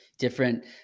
different